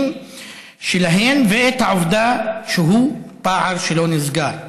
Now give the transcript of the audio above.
שלהן ואת העובדה שהוא פער שלא נסגר,